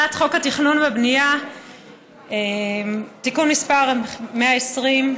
הצעת חוק התכנון והבנייה (תיקון מס' 120),